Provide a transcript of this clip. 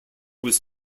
was